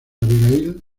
abigail